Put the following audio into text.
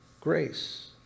grace